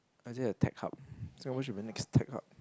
I say a tech hub Singapore should be the next tech hub